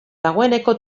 dagoeneko